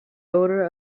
odor